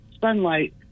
sunlight